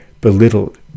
belittled